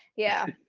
yeah.